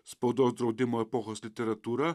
spaudos draudimo epochos literatūra